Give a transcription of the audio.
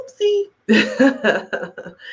oopsie